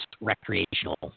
recreational